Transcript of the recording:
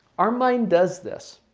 our mind does this.